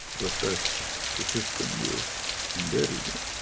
but that's the system we're embedded in.